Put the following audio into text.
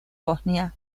bosnia